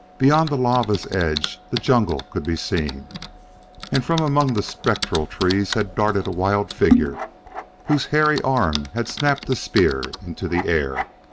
beyond the lava's edge the jungle could be seen, and from among the spectral trees had darted a wild figure whose hairy arm had snapped the spear into the air.